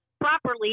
properly